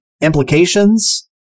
implications